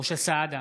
משה סעדה,